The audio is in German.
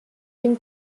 dem